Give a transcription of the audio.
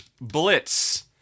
Blitz